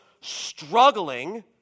struggling